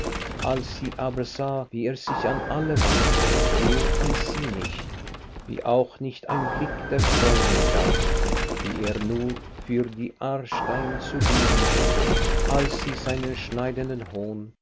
als sie aber sah wie er sich an alle wandte nur an sie nicht wie auch nicht ein blick der freundin galt wie er nur für die aarstein zu leben schien als sie seinen schneidenden hohn